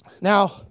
now